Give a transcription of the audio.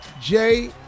Jay